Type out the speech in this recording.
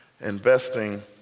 investing